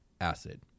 acid